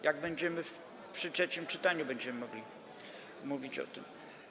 Jak będziemy przy trzecim czytaniu, będziemy mogli mówić o tym.